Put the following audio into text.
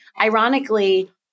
Ironically